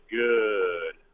good